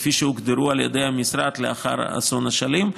כפי שהוגדרו על ידי המשרד לאחר אסון אשלים.